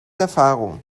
erfahrung